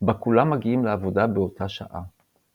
בה כולם מגיעים לעבודה באותה שעה.